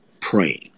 praying